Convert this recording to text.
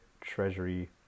treasury